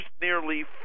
nearly